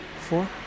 four